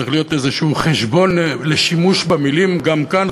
צריך להיות איזשהו חשבון לשימוש במילים גם כאן,